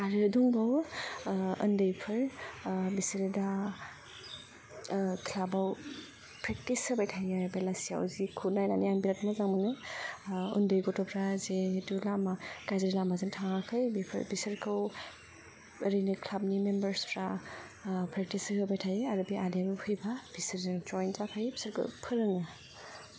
आरो दंबावो उन्दैफोर बिसोरो दा क्लाबाव प्रेकटिस होबाय थायो बेलासियाव जिखौ नायनानै आं बेराद मोजां मोनो उन्दै गथ'फ्रा जिहेतु गाज्रि लामाजों थाङाखै बिसोरखौ ओरैनो क्लाबनि मेमबार्सफ्रा प्रेकटिस होहोबाय थायो आरो बे आदायाबो फैबा बिसोरजों ज'इन जाफायो बिसोरखौ फोरोङो